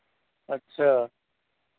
अच्छा